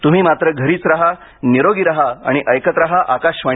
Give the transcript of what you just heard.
तुम्ही मात्र घरीच रहा निरोगी रहा आणि ऐकत रहा आकाशवाणी